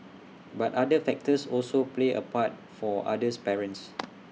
but other factors also played A part for others parents